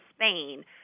Spain